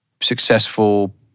successful